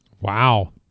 Wow